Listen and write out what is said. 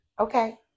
okay